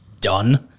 done